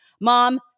Mom